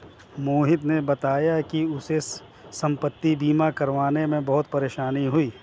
मोहित ने बताया कि उसे संपति बीमा करवाने में बहुत परेशानी हुई